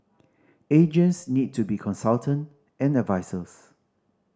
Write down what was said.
agents need to be consultant and advisers